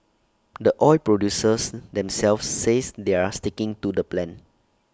the oil producers themselves say they're sticking to the plan